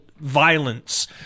violence